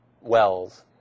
wells